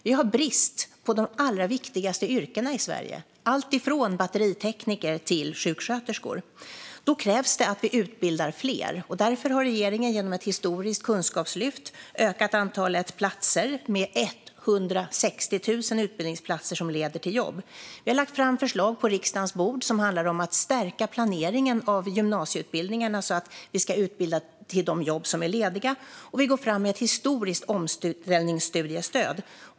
Vi har brist i de allra viktigaste yrkena i Sverige, alltifrån batteritekniker till sjuksköterskor. Då krävs det att vi utbildar fler. Därför har regeringen genom ett historiskt kunskapslyft ökat antalet utbildningsplatser med 160 000 i utbildningar som leder till jobb. Vi har lagt fram förslag på riksdagens bord som handlar om att stärka planeringen av gymnasieutbildningarna för att vi ska utbilda till de jobb som är lediga, och vi går fram med ett historiskt omställningsstudiestöd.